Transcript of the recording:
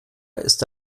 ist